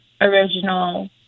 original